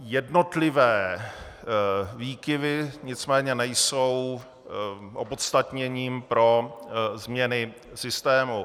Jednotlivé výkyvy nicméně nejsou opodstatněním pro změny systému.